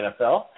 NFL